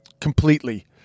completely